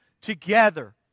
together